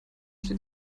steht